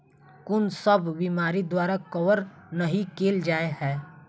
कुन सब बीमारि द्वारा कवर नहि केल जाय है?